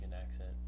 accent